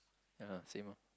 ya same lor